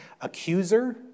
accuser